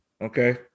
Okay